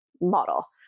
model